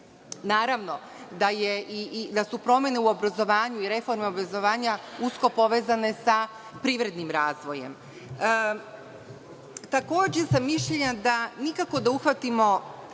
Naravno da su promene u obrazovanju i reforme obrazovanja usko povezane sa privrednim razvojem. Takođe sam mišljenja da nikako da uhvatimo